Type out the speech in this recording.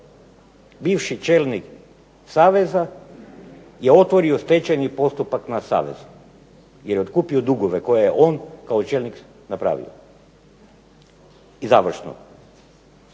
Bivši čelnik saveza je otvorio stečajni postupak na savezu, i otkupio dugove koje je on kao čelnik napravio. I završno,